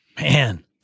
Man